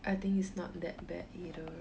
I think it's not that bad either